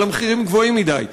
אבל המחירים גבוהים מדי.